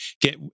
Get